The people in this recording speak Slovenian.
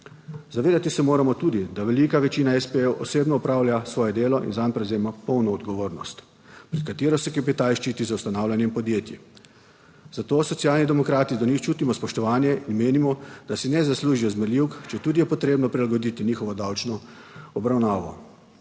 Zavedati se moramo tudi, da velika večina espejev osebno opravlja svoje delo in zanj prevzema polno odgovornost, pred katero se kapital ščiti z ustanavljanjem podjetij. Zato Socialni demokrati do njih čutimo spoštovanje in menimo, da si ne zaslužijo zmerljivk, četudi je potrebno prilagoditi njihovo davčno obravnavo.